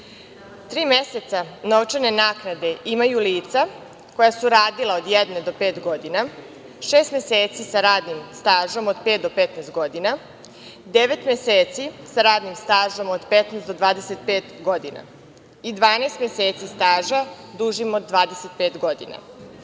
meseca novčane naknade imaju lica koja su radila od jedne od pet godina, šest meseci sa radnim stažom od pet do 15 godina, devet meseci sa radnim stažom od 15 do 25 godina i 12 meseci staža dužim od 25 godina,